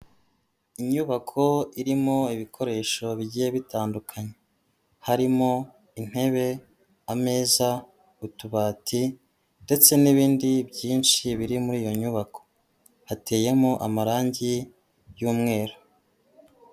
Inyubako irimo ibikoresho bigiye bitandukanye. Harimo intebe, ameza, utubati ndetse n'ibindi byinshi biri muri iyo nyubako. Hateyemo amarangi y'umweru.